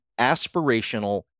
aspirational